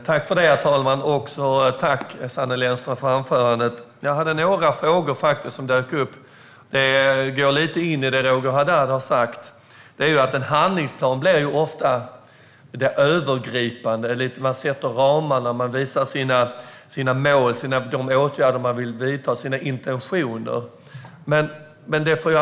Herr talman! Tack, Sanne Lennström, för anförandet! Det dök upp några frågor som lite går in i det Roger Haddad har sagt. En handlingsplan blir ju ofta övergripande: Man sätter ramarna och visar sina mål, de åtgärder man vill vidta och sina intentioner.